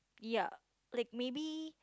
ya like maybe